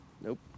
Nope